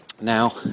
Now